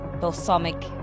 balsamic